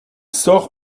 sort